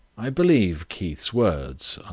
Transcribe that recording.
i believe keith's words,